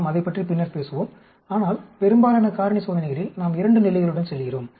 நாம் அதைப் பற்றி பின்னர் பேசுவோம் ஆனால் பெரும்பாலான காரணி சோதனைகளில் நாம் 2 நிலைகளுடன் செல்கிறோம்